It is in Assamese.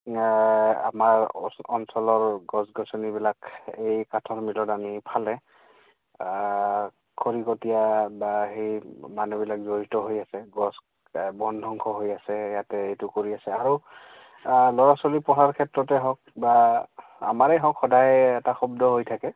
আমাৰ অঞ্চলৰ গছ গছনিবিলাক এই কাঠৰ মিলত আনি ফালে খৰিকটীয়া বা সেই মানুহবিলাক জড়িত হৈ আছে গছ বন ধংস হৈ আছে ইয়াতে এইটো কৰি আছে আৰু ল'ৰা ছোৱালী পঢ়াৰ ক্ষেত্ৰতে হওক বা আমাৰেই হওক সদায় এটা শব্দ হৈ থাকে